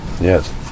Yes